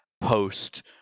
post